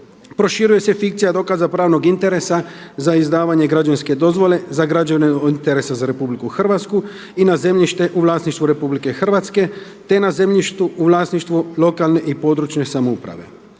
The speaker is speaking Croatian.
Proširuje se fikcija dokaza pravnog interesa za izdavanje građevinske dozvole za građevine od interesa za RH i na zemljište u vlasništvu RH te na zemljištu u vlasništvu lokalne i područne samouprave.